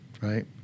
right